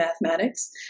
mathematics